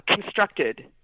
constructed